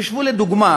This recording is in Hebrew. חשבו לדוגמה